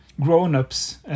grown-ups